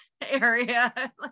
area